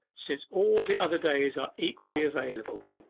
since all the other days are equally available